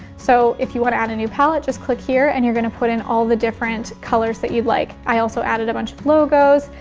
so if you wanna add a new palette just click here and you're gonna put in all the different colors that you'd like. i also added a bunch of logos.